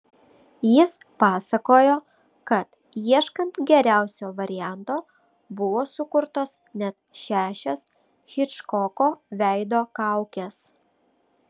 jis pasakojo kad ieškant geriausio varianto buvo sukurtos net šešios hičkoko veido kaukės